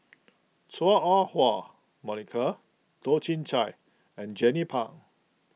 Chua Ah Huwa Monica Toh Chin Chye and Jernnine Pang